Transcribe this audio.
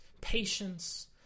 patience